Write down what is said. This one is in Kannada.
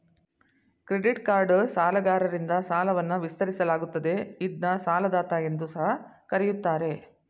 ಕ್ರೆಡಿಟ್ಕಾರ್ಡ್ ಸಾಲಗಾರರಿಂದ ಸಾಲವನ್ನ ವಿಸ್ತರಿಸಲಾಗುತ್ತದೆ ಇದ್ನ ಸಾಲದಾತ ಎಂದು ಸಹ ಕರೆಯುತ್ತಾರೆ